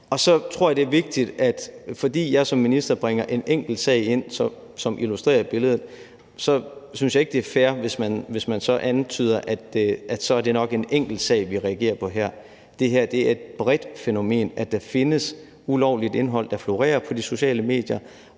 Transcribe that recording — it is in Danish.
Og så tror jeg, at det er vigtigt at sige, at fordi jeg som minister bringer en enkelt sag på banen til at illustrere det, synes jeg ikke, det er fair, at man så antyder, at så er det nok en enkelt sag, vi reagerer på her. Det er et udbredt fænomen, at der findes ulovligt indhold, der florerer på de sociale medier.